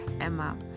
Emma